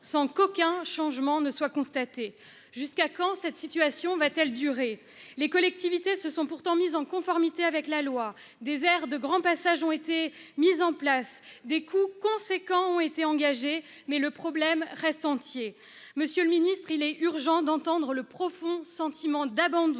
sans qu'aucun changement soit constaté. Jusqu'à quand la situation durera-t-elle ? Les collectivités se sont pourtant mises en conformité avec la loi : des aires de grand passage ont été installées, des dépenses importantes ont été engagées, mais le problème reste entier. Monsieur le ministre, il est urgent d'entendre le profond sentiment d'abandon